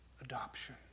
adoption